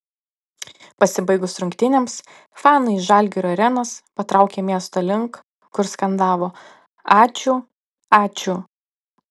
pasibaigus rungtynėms fanai iš žalgirio arenos patraukė miesto link kur skandavo ačiū ačiū